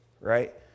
right